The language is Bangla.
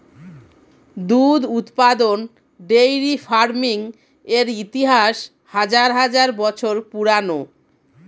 দুধ উৎপাদন ডেইরি ফার্মিং এর ইতিহাস হাজার হাজার বছর পুরানো